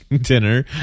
dinner